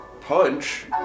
punch